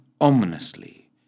ominously